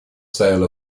sale